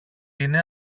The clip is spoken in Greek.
είναι